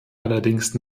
allerdings